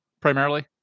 Primarily